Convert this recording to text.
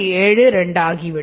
72 என்று ஆகிவிடும்